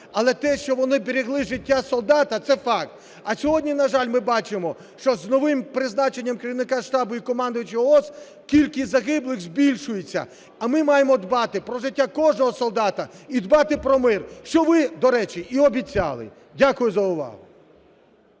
але те, що вони берегли життя солдата це так. А сьогодні, на жаль, ми бачимо, що з новим призначенням керівника штабу і командувача ООС кількість загиблих збільшується. А ми маємо дбати про життя кожного солдата і дбати про мир, що ви, до речі, і обіцяли. Дякую за увагу.